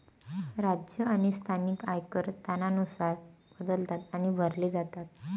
राज्य आणि स्थानिक आयकर स्थानानुसार बदलतात आणि भरले जातात